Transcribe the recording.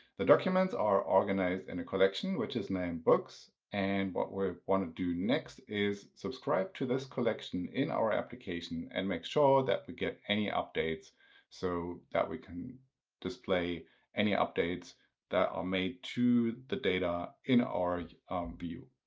the documents are organized in and a collection which is named books. and what we want to do next is subscribe to this collection in our application and make sure that we get any updates so that we can display any updates that are made to the data in our view.